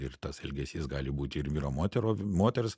ir tas elgesys gali būti ir yra moterų moters